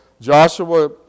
Joshua